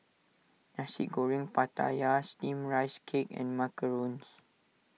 Nasi Goreng Pattaya Steamed Rice Cake and Macarons